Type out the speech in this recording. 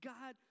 God